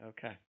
Okay